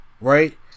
right